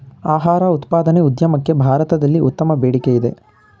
ಆಹಾರ ಉತ್ಪಾದನೆ ಉದ್ಯಮಕ್ಕೆ ಭಾರತದಲ್ಲಿ ಉತ್ತಮ ಬೇಡಿಕೆಯಿದೆ